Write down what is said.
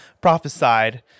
prophesied